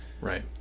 right